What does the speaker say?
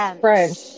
French